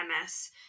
MS